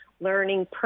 learning